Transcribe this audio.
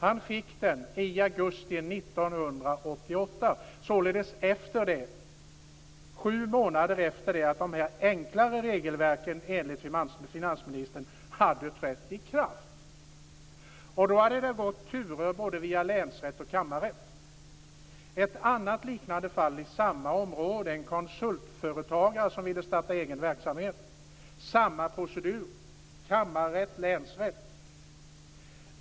Han fick den i augusti 1988, således sju månader efter det att de enklare regelverken enligt finansministern hade trätt i kraft. Då hade det gått turer både via länsrätt och kammarrätt. Ett annat liknande fall i samma område gällde en konsultföretagare som ville starta egen verksamhet. Det var samma procedur: kammarrätt och länsrätt.